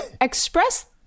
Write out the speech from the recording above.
express